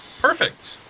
Perfect